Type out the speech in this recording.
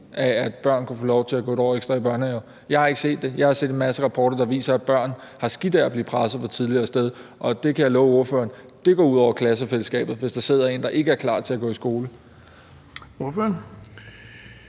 at børn kunne få lov til at gå 1 år ekstra i børnehave? Jeg har ikke set det; jeg har set en masse rapporter, der viser, at børn har det skidt af at blive presset for tidligt af sted, og jeg kan love ordføreren, at det går ud over klassefællesskabet, hvis der sidder en, der ikke er klar til at gå i skole. Kl.